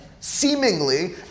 seemingly